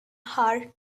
hour